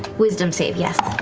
wisdom save, yes.